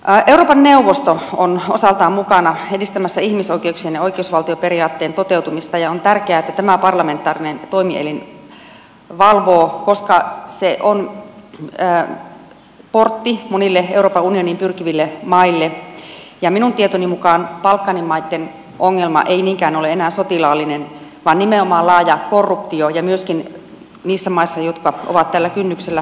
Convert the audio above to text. euroopan neuvosto on osaltaan mukana edistämässä ihmisoikeuksien ja oikeusvaltioperiaatteen toteutumista ja on tärkeää että tämä parlamentaarinen toimielin valvoo koska se on portti monille euroopan unioniin pyrkiville maille ja minun tietoni mukaan balkanin maitten ongelma ei niinkään ole enää sotilaallinen vaan nimenomaan laaja korruptio ja myöskin niissä maissa jotka ovat tällä kynnyksellä koputtelemassa